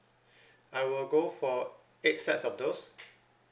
I will go for eight sets of those